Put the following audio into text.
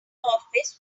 office